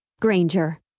Granger